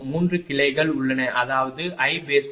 3 கிளைகள் உள்ளன அதாவது I1iAiBiC